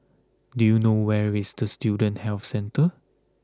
do you know where is the Student Health Centre